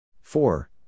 Four